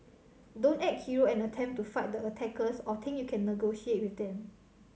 don't act hero and attempt to fight the attackers or think you can negotiate with them